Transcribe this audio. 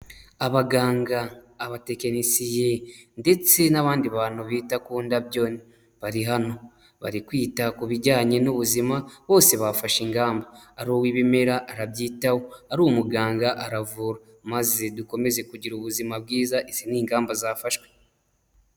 Abaganga, abatekinisiye ndetse n'abandi bantu bita ku ndabyo bari hano bari kwita ku bijyanye n'ubuzima bose bafashe, ingamba ari uw'ibimera arabyitaho, ari umuganga aravura maze dukomeze kugira ubuzima bwiza, izi ni ingamba zafashwe.